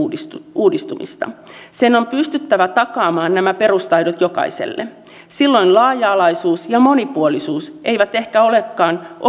uudistumista sen on pystyttävä takaamaan nämä perustaidot jokaiselle silloin laaja alaisuus ja monipuolisuus eivät ehkä olekaan